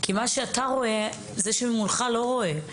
מה שאתה רואה זה שמולך לא רואה.